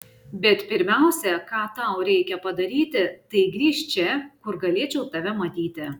bet pirmiausia ką tau reikia padaryti tai grįžt čia kur galėčiau tave matyti